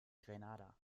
grenada